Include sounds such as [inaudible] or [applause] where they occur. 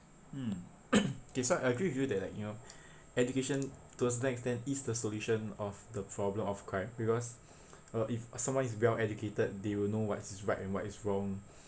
mm [coughs] okay so I agree with you that like you know education to a certain extent is the solution of the problem of crime because uh if someone is well educated they will know what is right and what is wrong